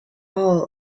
all